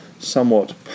Somewhat